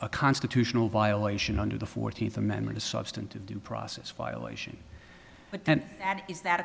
a constitutional violation under the fourteenth amendment a substantive due process violation but then that is that